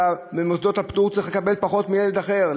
ובמוסדות הפטור צריך לקבל פחות מילד אחר?